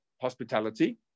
hospitality